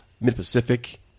Mid-Pacific